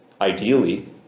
ideally